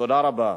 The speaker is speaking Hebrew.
תודה רבה.